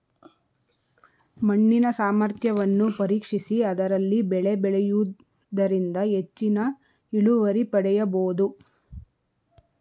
ಮಣ್ಣಿನ ಸಾಮರ್ಥ್ಯವನ್ನು ಪರೀಕ್ಷಿಸಿ ಅದರಲ್ಲಿ ಬೆಳೆ ಬೆಳೆಯೂದರಿಂದ ಹೆಚ್ಚಿನ ಇಳುವರಿ ಪಡೆಯಬೋದು